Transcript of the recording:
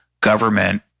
government